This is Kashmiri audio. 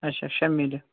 اچھا شےٚ میلہِ